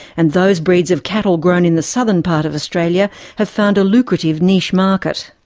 and those breeds of cattle grown in the southern part of australia have found a lucrative niche market.